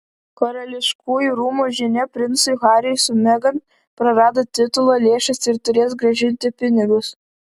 karališkųjų rūmų žinia princui hariui su megan prarado titulą lėšas ir turės grąžinti pinigus